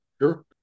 Sure